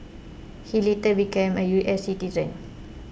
he later became a U S citizen